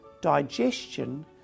digestion